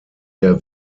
der